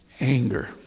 Anger